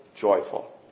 joyful